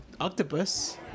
octopus